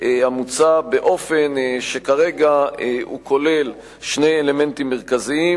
המוצע באופן שכרגע הוא כולל שני אלמנטים מרכזיים: